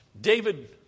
David